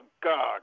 God